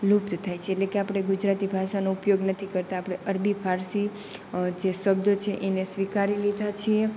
લુપ્ત થાય છે એટલે કે આપણે ગુજરાતી ભાષાનો ઉપયોગ નથી કરતા આપણે અરબી ફારસી જે શબ્દો છે એને સ્વીકારી લીધા છીએ